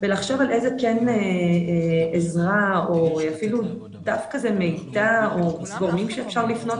ולחשוב על איזה כן עזרה או אפילו דווקא זה מידע למי שאפשר לפנות